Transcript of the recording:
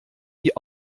die